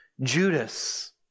Judas